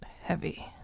heavy